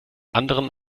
anderen